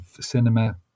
cinema